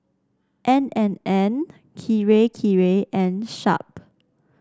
N and N Kirei Kirei and Sharp